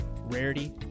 Rarity